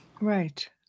Right